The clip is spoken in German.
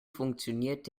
funktioniert